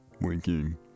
winking